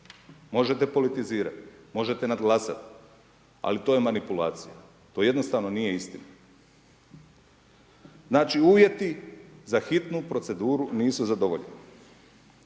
možete politizirati, možete nadglasati, ali to je manipulacija, to jednostavno nije istina. Znači uvjeti za hitnu proceduru nisu zadovoljeni.